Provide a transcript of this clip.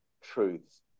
truths